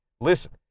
listen